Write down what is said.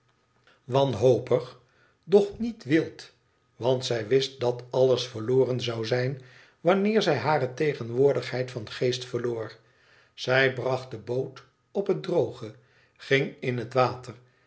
wanhopig doch niet wild want zij wist dat alles verloren zou zijn wanneer zij hare tegenwoordigheid van geest verloor zij bracht de boot op het droge ging in het water